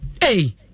Hey